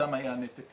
סתם היה נתק